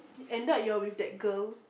end up your with that girl